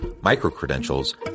micro-credentials